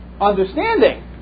understanding